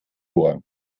rohr